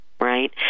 right